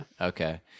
Okay